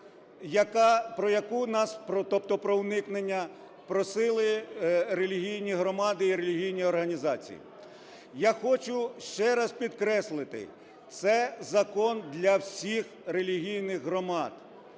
про уникнення, просили релігійні громади і релігійні організації. Я хочу ще раз підкреслити, це закон для всіх релігійних громад.